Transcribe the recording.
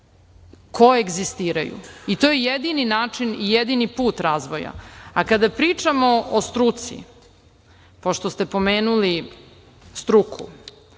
koegzistiraju. To je jedini način i jedini put razvoja. Kada pričamo o struci, pošto ste pomenuli struku.